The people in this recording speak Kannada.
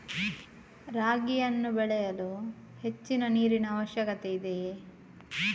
ರಾಗಿಯನ್ನು ಬೆಳೆಯಲು ಹೆಚ್ಚಿನ ನೀರಿನ ಅವಶ್ಯಕತೆ ಇದೆಯೇ?